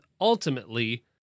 Ultimately